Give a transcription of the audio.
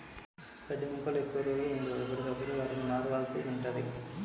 గడ్డి మొక్కలు ఎక్కువ రోజులు వుండవు, ఎప్పటికప్పుడు వాటిని మార్వాల్సి ఉంటది